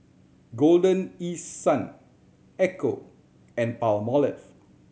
Golden East Sun Ecco and Palmolive